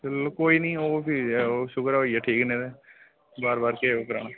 चलो कोई नी ओह् फ्ही ओह् शुकर ऐ होई गेआ ठीक नेईं ते बार बार केह् ओह् कराना